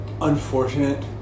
unfortunate